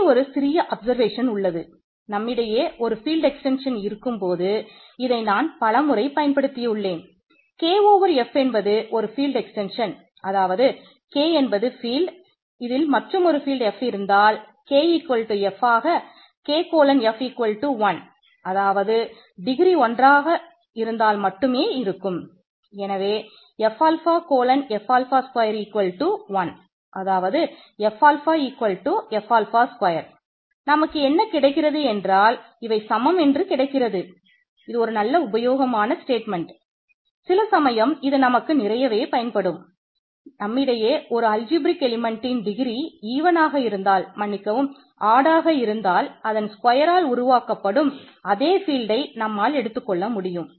இங்கே ஒரு சிறிய அப்சர்வேஷன் நம்மால் எடுத்துக்கொள்ள முடியும்